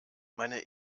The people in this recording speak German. meine